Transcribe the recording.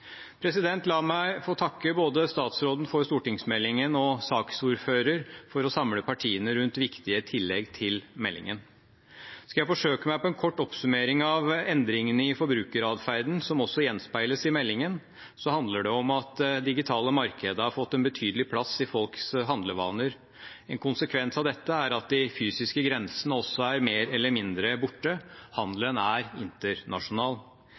La meg få takke både statsråden for stortingsmeldingen og saksordføreren for å samle partiene rundt viktige tillegg til meldingen. Skal jeg forsøke meg på en kort oppsummering av endringene i forbrukeratferden, som også gjenspeiles i meldingen, handler det om at det digitale markedet har fått en betydelig plass i folks handlevaner. En konsekvens av det er at de fysiske grensene også er mer eller mindre borte – handelen er internasjonal.